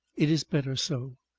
it is better so.